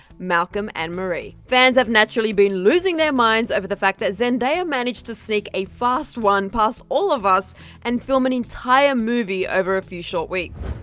malcolm and marie. fans have naturally been losing their minds over the fact that zendaya managed to sneak a fast one past all of us and film an entire movie over a few short weeks.